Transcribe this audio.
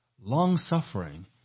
long-suffering